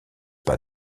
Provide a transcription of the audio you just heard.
pas